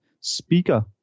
speaker